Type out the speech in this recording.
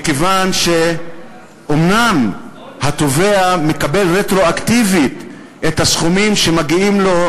מכיוון שאומנם התובע מקבל רטרואקטיבית את הסכומים שמגיעים לו,